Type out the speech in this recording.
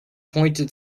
pointed